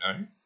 no